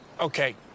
Okay